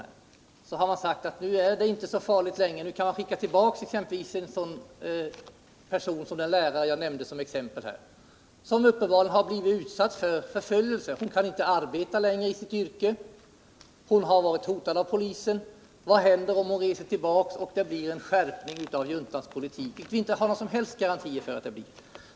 Man har sagt att nu är det inte så farligt längre, nu kan man skicka tillbaka exempelvis en sådan person som den lärare jag nyss talade om, som uppenbarligen blivit utsatt för förföljelse — hon kan inte arbeta längre i sitt yrke, hon har varit hotad av polisen. Vad händer om hon reser tillbaka och det blir en skärpning i juntans politik? Vi har ju ingen som helst garanti för att så inte blir fallet.